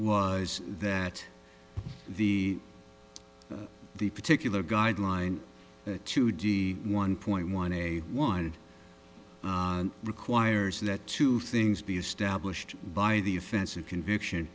was that the the particular guideline to d one point one a one it requires that two things be established by the offensive conviction